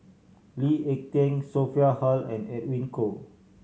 Lee Ek Tieng Sophia Hull and Edwin Koo